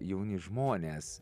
jauni žmonės